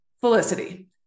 Felicity